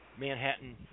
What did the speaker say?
Manhattan